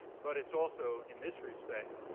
but it's also, in this respect,